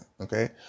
Okay